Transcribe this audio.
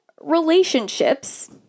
relationships